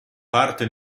parte